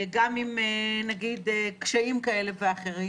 גם עם קשיים כאלה ואחרים,